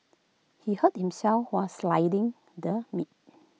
he hurt himself while sliding the meat